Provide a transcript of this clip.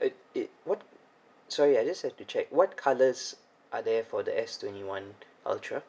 it it what sorry I just have to check what colours are there for the S twenty one ultra